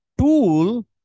tool